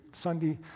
Sunday